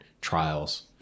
trials